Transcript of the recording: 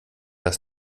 das